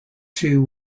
two